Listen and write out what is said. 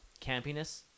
campiness